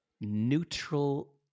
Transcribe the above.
neutral